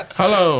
hello